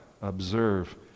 observe